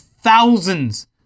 thousands